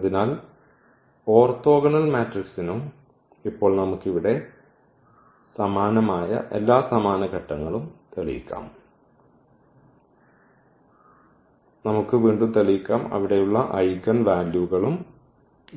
അതിനാൽ ഓർത്തോഗണൽ മെട്രിക്സിനും ഇപ്പോൾ നമുക്ക് ഇവിടെ സമാനമായ എല്ലാ സമാന ഘട്ടങ്ങളും തെളിയിക്കാം നമുക്ക് വീണ്ടും തെളിയിക്കാം അവിടെയുള്ള ഐഗൻ വാല്യൂകളും